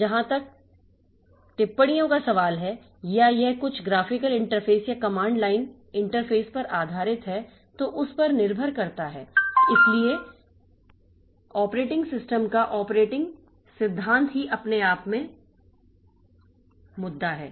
जहां तक टिप्पणियों का सवाल है या यह कुछ ग्राफिकल इंटरफेस या कमांड लाइन इंटरफेस पर आधारित है तो उस पर निर्भर करता है इसलिए ऑपरेटिंग सिस्टम का ऑपरेटिंग सिद्धांत ही अपने आप में मुद्दा है